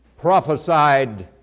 prophesied